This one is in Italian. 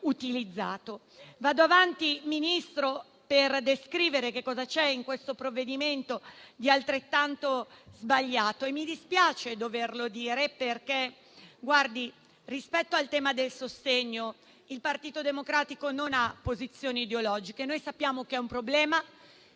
Ministro, vado avanti per descrivere cosa c'è in questo provvedimento di altrettanto sbagliato. Mi dispiace doverlo dire, perché rispetto al tema del sostegno il Partito Democratico non ha posizioni ideologiche. Noi sappiamo che la